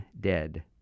dead